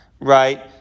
right